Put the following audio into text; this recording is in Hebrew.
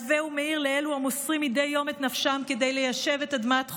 מתווה ומאיר לאלו המוסרים מדי יום את נפשם כדי ליישב את אדמת חומש.